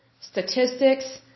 statistics